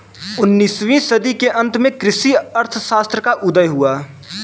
उन्नीस वीं सदी के अंत में कृषि अर्थशास्त्र का उदय हुआ